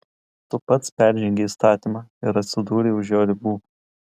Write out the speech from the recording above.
tu pats peržengei įstatymą ir atsidūrei už jo ribų